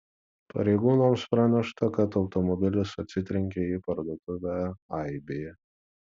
pareigūnams pranešta kad automobilis atsitrenkė į parduotuvę aibė